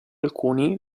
alcuni